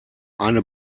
eine